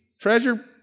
treasure